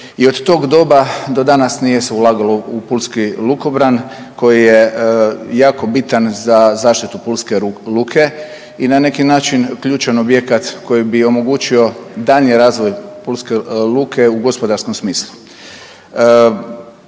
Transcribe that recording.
i od tog doba do danas nije se ulagalo u pulski lukobran koji je jako bitan za zaštitu pulske luke i na neki način ključan objekat koji bi omogućio daljnji razvoj pulske luke u gospodarskom smislu.